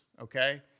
okay